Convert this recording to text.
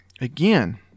again